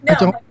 No